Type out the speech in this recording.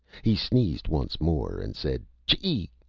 he sneezed once more and said, chee!